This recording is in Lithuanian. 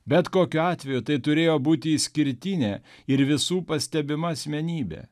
bet kokiu atveju tai turėjo būti išskirtinė ir visų pastebima asmenybė